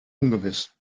ungewiss